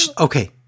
okay